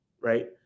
right